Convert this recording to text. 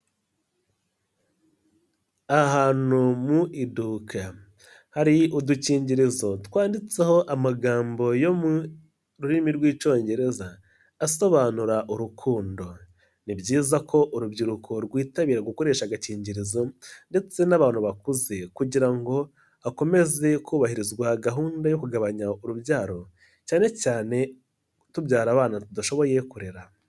Ahantu mu iduka, hari udukingirizo twanditseho amagambo yo mu rurimi rw'icyongereza asobanura urukundo. Ni byiza ko urubyiruko rwitabira gukoresha agakingirizo ndetse n'abantu bakuze kugira ngo hakomeze kubahirizwa gahunda yo kugabanya urubyaro, cyane cyane tubyara abana tudashoboye kurera.